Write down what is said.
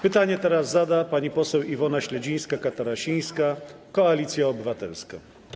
Pytanie teraz zada pani poseł Iwona Śledzińska-Katarasińska, Koalicja Obywatelska.